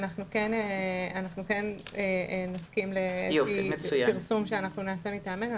אנחנו כן נסכים לפי פרסום שאנחנו נעשה מטעמנו.